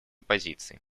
позиции